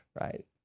right